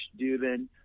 Dubin